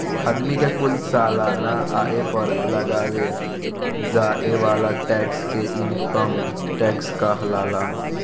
आदमी के कुल सालाना आय पर लगावे जाए वाला टैक्स के इनकम टैक्स कहाला